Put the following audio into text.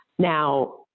Now